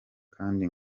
kandi